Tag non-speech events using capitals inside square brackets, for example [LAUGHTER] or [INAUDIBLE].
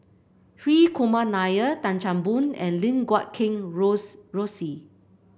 Hri Kumar Nair Tan Chan Boon and Lim Guat Kheng [UNINTELLIGIBLE] Rosie